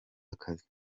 akazi